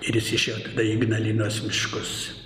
ir jis išėjo tada į ignalinos miškus